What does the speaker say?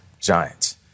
Giants